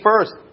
first